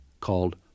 called